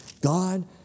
God